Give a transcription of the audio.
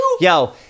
yo